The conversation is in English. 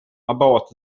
about